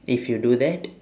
if you do that